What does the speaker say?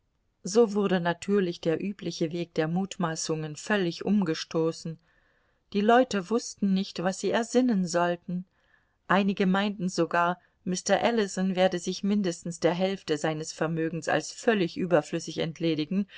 so wurde natürlich der übliche weg der mutmaßungen völlig umgestoßen die leute wußten nicht was sie ersinnen sollten einige meinten sogar mr ellison werde sich mindestens der hälfte seines vermögens als völlig überflüssig entledigen